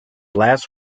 last